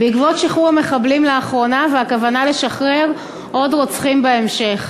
בעקבות שחרור המחבלים לאחרונה ועקב הכוונה לשחרר עוד רוצחים בהמשך,